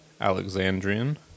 Alexandrian